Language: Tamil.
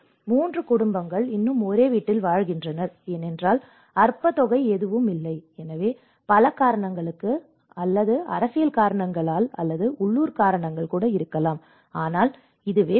மூன்று குடும்பங்கள் இன்னும் ஒரே வீட்டில் வாழ்கின்றன ஏனென்றால் அற்ப தொகை எதுவுமில்லை எனவே பல காரணங்கள் அல்லது அரசியல் காரணங்கள் அல்லது உள்ளூர் காரணங்கள் இருக்கலாம் ஆனால் இதுதான் உண்மை